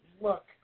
look